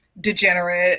degenerate